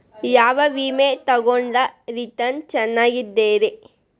ಯಾವ ವಿಮೆ ತೊಗೊಂಡ್ರ ರಿಟರ್ನ್ ಚೆನ್ನಾಗಿದೆರಿ?